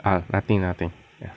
err nothing nothing